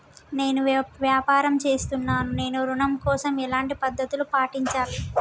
నేను వ్యాపారం చేస్తున్నాను నేను ఋణం కోసం ఎలాంటి పద్దతులు పాటించాలి?